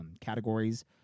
categories